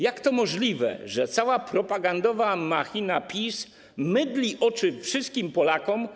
Jak to możliwe, że cała propagandowa machina PiS mydli oczy wszystkim Polakom?